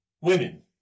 women